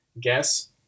Guess